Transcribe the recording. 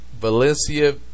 Valencia